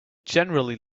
generally